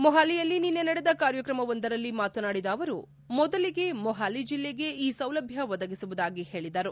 ಮೊಪಾಲಿಯಲ್ಲಿ ನಿನ್ನೆ ನಡೆದ ಕಾರ್ಯಕ್ರಮವೊಂದರಲ್ಲಿ ಮಾತನಾಡಿದ ಅವರು ಮೊದಲಿಗೆ ಮೊಪಾಲಿ ಜಿಲ್ಲೆಗೆ ಈ ಸೌಲಭ್ಯ ಒದಗಿಸುವುದಾಗಿ ಹೇಳಿದರು